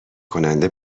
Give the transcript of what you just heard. کننده